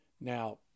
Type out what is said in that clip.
now